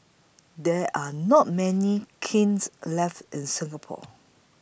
there are not many kilns left in Singapore